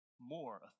more